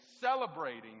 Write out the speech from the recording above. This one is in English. celebrating